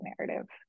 narrative